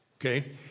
Okay